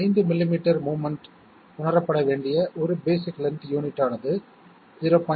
5 millimetre movement உணரப்பட வேண்டிய 1 basic length unit ஆனது 0